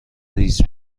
ریز